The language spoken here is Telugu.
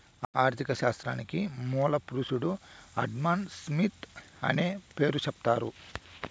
ఆర్ధిక శాస్త్రానికి మూల పురుషుడు ఆడంస్మిత్ అనే పేరు సెప్తారు